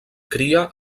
cria